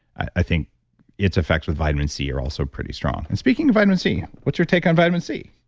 i think it's affects with vitamin c are also pretty strong. and speaking of vitamin c, what's your take on vitamin c?